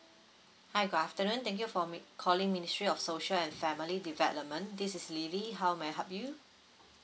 hi good afternoon thank you for mini~ calling ministry of social and family development this is lily how may I help you